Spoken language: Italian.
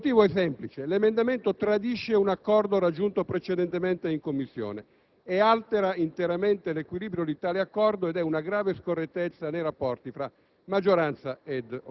Presidente, il mio cuore mi porterebbe a dire che dobbiamo lasciare quest'Aula e non votare su questo emendamento.